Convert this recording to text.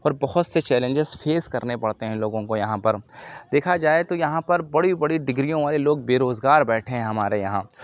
اور بہت سے چیلنجز فیس کرنے پڑتے ہیں لوگوں کو یہاں پر دیکھا جائے تو یہاں پر بڑی بڑی ڈگریوں والے لوگ بےروزگار بیٹھے ہیں ہمارے یہاں